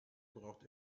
braucht